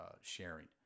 sharing